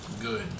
good